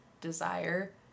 desire